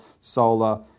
solar